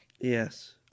Yes